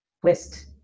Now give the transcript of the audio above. twist